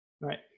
Right